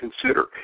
consider